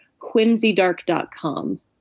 quimsydark.com